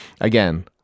Again